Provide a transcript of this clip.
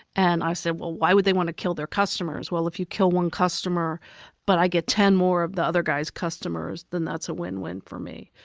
and i said, well, why would they want to kill their customers? well, if you kill one customer but i get ten more of the other guy's customers, then that's a win-win for me.